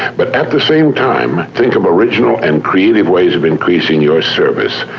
but at the same time, think of original and creative ways of increasing your service,